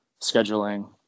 scheduling